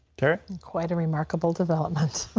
terry quite a remarkable development.